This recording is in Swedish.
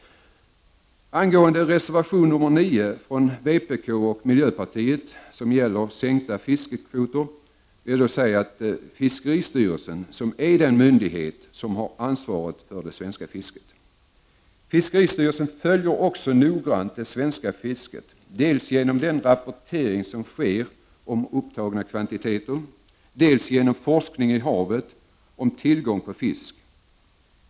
Angående reservation nr 9 från vpk och miljöpartiet som gäller sänkta fiskekvoter vill jag säga att det är fiskeristyrelsen som är den myndighet som har ansvaret för det svenska fisket. Fiskeristyrelsen följer också noggrant det svenska fisket, dels genom den rapportering som sker om upptagna kvantiteter, dels genom forskning i havet om tillgång på fisk.